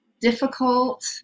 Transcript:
difficult